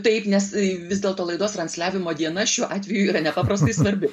taip nes i vis dėlto laidos transliavimo diena šiuo atveju yra nepaprastai svarbi